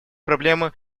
проблемы